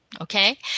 okay